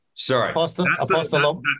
Sorry